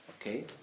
Okay